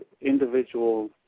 individual